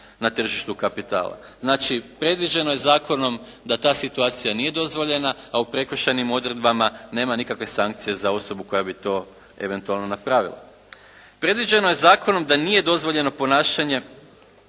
na tržištu kapitala. Znači predviđeno je zakonom da ta situacija nije dozvoljena, a u prekršajnim odredbama nema nikakve sankcije za osobu koja bi to eventualno napravila. Predviđeno je zakonom da nije dozvoljeno ponašanje